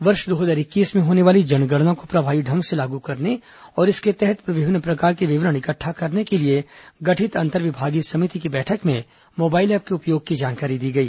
वर्ष दो हजार इक्कीस में होने वाली जनगणना को प्रभावी ढंग से लागू करने और इसके तहत विभिन्न प्रकार के विवरण इकट्ठा करने के लिए गठित अंतर्विभागीय समिति की बैठक में मोबाइल ऐप के उपयोग की जानकारी दी गई